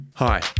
Hi